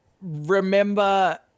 remember